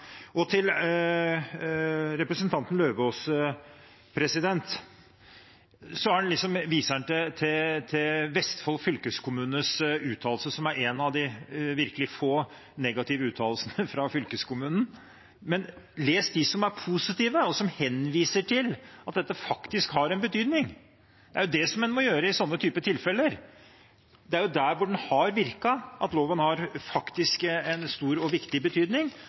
til denne regionaltenkningen. Til representanten Eidem Løvaas: Han viser til Vestfold fylkeskommunes uttalelse, som er en av de virkelig få negative uttalelsene fra fylkeskommunen, men man bør lese de som er positive, og som henviser til at dette faktisk har en betydning. Det er jo det en må gjøre i slike tilfeller. Det er der hvor den har virket, at loven faktisk har en stor og viktig betydning.